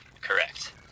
Correct